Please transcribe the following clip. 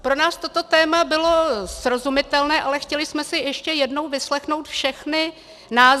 Pro nás toto téma bylo srozumitelné, ale chtěli jsme si ještě jednou vyslechnout všechny názory.